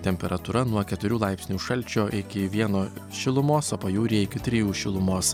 temperatūra nuo keturių laipsnių šalčio iki vieno šilumos o pajūryje iki trijų šilumos